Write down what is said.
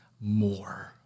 more